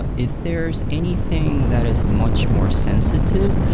but if there's anything that is much more sensitive,